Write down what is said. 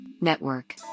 Network